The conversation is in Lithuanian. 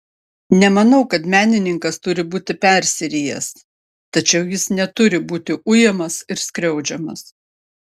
nemanau kad menininkas turi būti persirijęs tačiau jis neturi būti ujamas ir skriaudžiamas